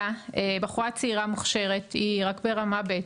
בחורה צעירה מוכשרת, היא רק ברמה ב'